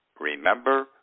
Remember